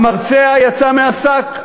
המרצע יצא מהשק.